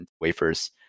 wafers